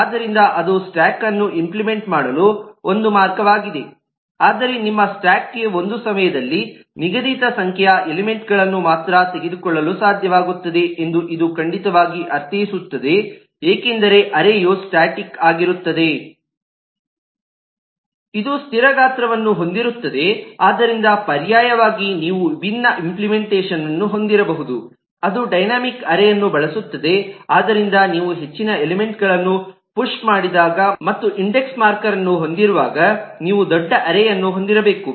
ಆದ್ದರಿಂದ ಅದು ಸ್ಟ್ಯಾಕ್ಅನ್ನು ಇಂಪ್ಲಿಮೆಂಟ್ ಮಾಡಲು ಒಂದು ಮಾರ್ಗವಾಗಿದೆ ಆದರೆ ನಿಮ್ಮ ಸ್ಟ್ಯಾಕ್ಗೆ ಒಂದು ಸಮಯದಲ್ಲಿ ನಿಗದಿತ ಸಂಖ್ಯೆಯ ಎಲಿಮೆಂಟ್ ಗಳನ್ನು ಮಾತ್ರ ತೆಗೆದುಕೊಳ್ಳಲು ಸಾಧ್ಯವಾಗುತ್ತದೆ ಎಂದು ಇದು ಖಂಡಿತವಾಗಿ ಅರ್ಥೈಸುತ್ತದೆ ಏಕೆಂದರೆ ಅರೇಯು ಸ್ಟಾಟಿಕ್ ಆಗಿರುತ್ತದೆ ಇದು ಸ್ಥಿರ ಗಾತ್ರವನ್ನು ಹೊಂದಿರುತ್ತದೆ ಆದ್ದರಿಂದ ಪರ್ಯಾಯವಾಗಿ ನೀವು ವಿಭಿನ್ನ ಇಂಪ್ಲಿಮೆಂಟೇಷನ್ಅನ್ನು ಹೊಂದಿರಬಹುದು ಅದು ಡೈನಾಮಿಕ್ ಅರೇಅನ್ನು ಬಳಸುತ್ತದೆ ಆದ್ದರಿಂದ ನೀವು ಹೆಚ್ಚಿನ ಎಲಿಮೆಂಟ್ ಗಳನ್ನು ಪುಶ್ ಮಾಡಿದಾಗ ಮತ್ತು ಇಂಡೆಕ್ಸ್ ಮಾರ್ಕರ್ಅನ್ನು ಹೊಂದಿರುವಾಗ ನೀವು ದೊಡ್ಡ ಅರೇಅನ್ನು ಹೊಂದಿರಬೇಕು